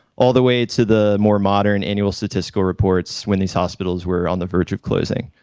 all the way to the more modern annual statistical reports when these hospitals were on the verge of closing.